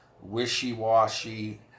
wishy-washy